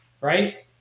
right